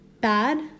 bad